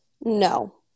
No